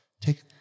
take